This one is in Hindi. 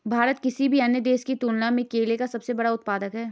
भारत किसी भी अन्य देश की तुलना में केले का सबसे बड़ा उत्पादक है